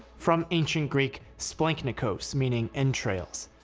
from ancient greek splankhnikos meaning entrails.